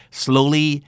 slowly